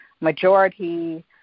majority